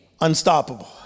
Unstoppable